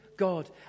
God